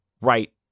right